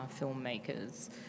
filmmakers